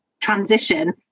transition